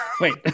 wait